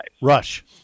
Rush